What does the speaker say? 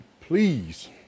please